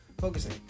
focusing